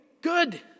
Good